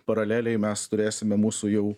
paraleliai mes turėsime mūsų jau